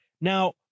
Now